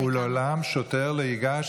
אף פעם ולעולם שוטר לא ייגש